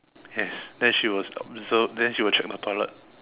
yes then she was observe then she will check the toilet